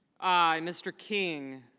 mr. king